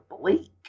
bleak